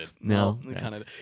no